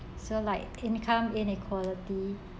so like income inequality